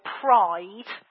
pride